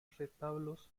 retablos